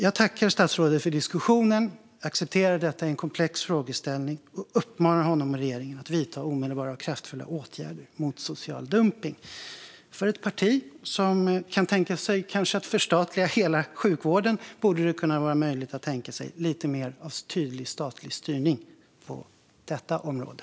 Jag tackar statsrådet för diskussionen, accepterar att detta är en komplex frågeställning och uppmanar honom och regeringen att vidta omedelbara och kraftfulla åtgärder mot social dumpning. För ett parti som kanske kan tänka sig att förstatliga hela sjukvården borde det vara möjligt att tänka sig lite mer av tydlig, statlig styrning på detta område.